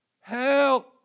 Help